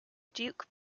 duke